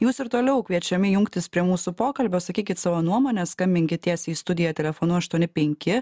jūs ir toliau kviečiami jungtis prie mūsų pokalbio sakykit savo nuomonę skambinkit tiesiai į studiją telefonu aštuoni penki